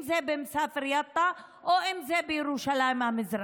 אם זה במסאפר-יטא או אם זה בירושלים המזרחית.